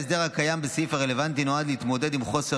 ההסדר הקיים בסעיף הרלוונטי נועד להתמודד עם חוסר